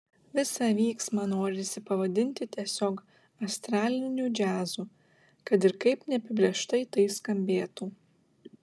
visą vyksmą norisi pavadinti tiesiog astraliniu džiazu kad ir kaip neapibrėžtai tai skambėtų